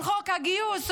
על חוק הגיוס: